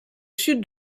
sud